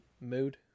mood